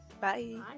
Bye